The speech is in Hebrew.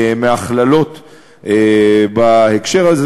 מהכללות בהקשר הזה.